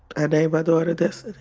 i named my daughter destiny